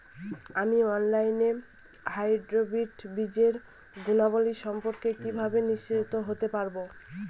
আমি অনলাইনে হাইব্রিড বীজের গুণাবলী সম্পর্কে কিভাবে নিশ্চিত হতে পারব?